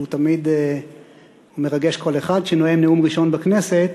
שהוא תמיד מרגש כל אחד שנואם נאום ראשון בכנסת,